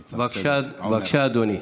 בבקשה, אדוני,